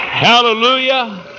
Hallelujah